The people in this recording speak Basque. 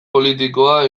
politikoa